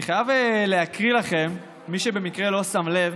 אני חייב להקריא לכם, מי שבמקרה לא שם לב,